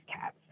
cats